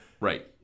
right